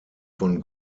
von